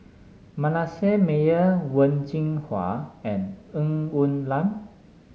Manasseh Meyer Wen Jinhua and Ng Woon Lam